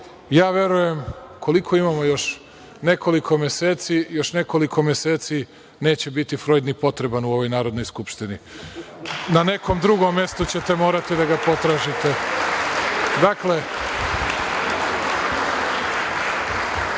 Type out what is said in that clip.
ja verujem, koliko imamo, još nekoliko meseci neće biti Frojd ni potreban u ovoj Narodnoj skupštini. Na nekom drugom mestu ćete morati da ga potražite. Dakle,